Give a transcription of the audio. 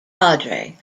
cadre